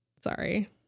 sorry